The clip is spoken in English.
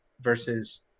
versus